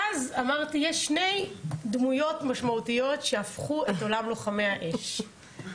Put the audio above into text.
ואז אמרתי יש שתי דמויות משמעותיות שהפכו את כולם לוחמי האש.